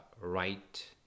right